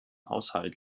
haushalt